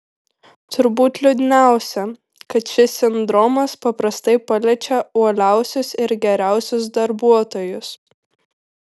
turbūt liūdniausia kad šis sindromas paprastai paliečia uoliausius ir geriausius darbuotojus